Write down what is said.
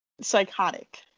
Psychotic